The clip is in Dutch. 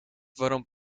waarom